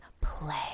Play